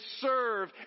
serve